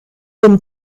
den